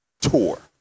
tour